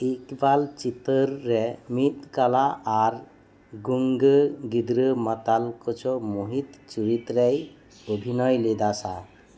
ᱤᱠᱵᱟᱞ ᱪᱤᱛᱟᱹᱨ ᱨᱮ ᱢᱤᱫ ᱠᱟᱞᱟ ᱟᱨ ᱜᱩᱝᱜᱟᱹ ᱜᱤᱫᱽᱨᱟᱹ ᱢᱟᱛᱟᱞ ᱠᱚᱪᱚ ᱢᱩᱦᱤᱛ ᱪᱩᱨᱤᱛ ᱨᱮᱭ ᱚᱵᱷᱤᱱᱚᱭ ᱞᱮᱫᱟ ᱥᱟ